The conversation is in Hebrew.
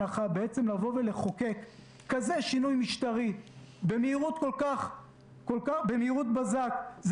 החוק באמת עוסק בכלכלה, הוא